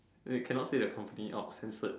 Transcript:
you cannot said the company out censored